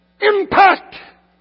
Impact